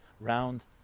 round